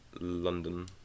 London